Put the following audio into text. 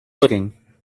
looking